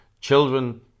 Children